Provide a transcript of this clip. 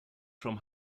from